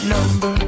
Number